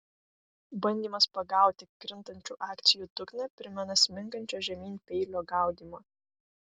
bandymas pagauti krintančių akcijų dugną primena smingančio žemyn peilio gaudymą